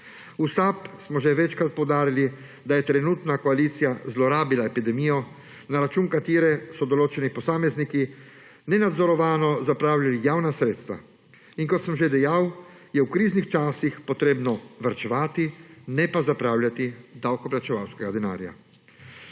V SAB smo že večkrat poudarili, da je trenutna koalicija zlorabila epidemijo, na račun katere so določeni posamezniki nenadzorovano zapravljali javna sredstva. Kot sem že dejal, je v kriznih časih potrebno varčevati, ne pa zapravljati davkoplačevalskega denarja.